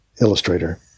illustrator